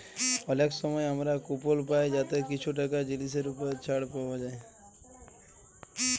অলেক সময় আমরা কুপল পায় যাতে কিছু টাকা জিলিসের উপর ছাড় পাউয়া যায়